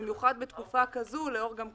במיוחד בתקופה כזאת גם בעקבות כל